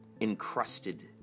encrusted